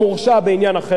אבל מדוע זה סמלי?